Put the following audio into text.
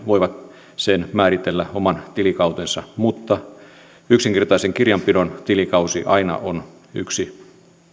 voivat määritellä oman tilikautensa mutta yksinkertaisen kirjanpidon tilikausi aina on yksi